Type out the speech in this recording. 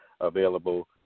available